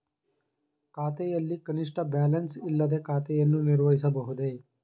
ಖಾತೆಯಲ್ಲಿ ಕನಿಷ್ಠ ಬ್ಯಾಲೆನ್ಸ್ ಇಲ್ಲದೆ ಖಾತೆಯನ್ನು ನಿರ್ವಹಿಸಬಹುದೇ?